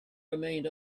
remained